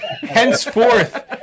Henceforth